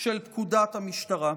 של פקודת המשטרה.